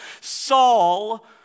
Saul